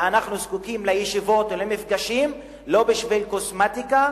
ואנחנו זקוקים לישיבות ולמפגשים לא בשביל קוסמטיקה